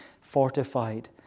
fortified